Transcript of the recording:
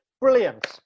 brilliant